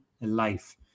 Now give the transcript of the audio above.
life